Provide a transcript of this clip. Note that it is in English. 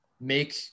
make